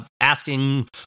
asking